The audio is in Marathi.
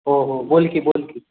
हो हो बोल की बोल की